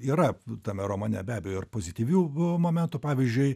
yra tame romane be abejo ir pozityvių momentų pavyzdžiui